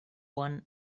one